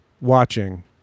watching